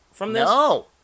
No